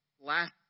last